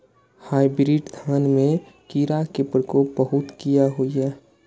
Hybrid धान में कीरा के प्रकोप बहुत किया होया?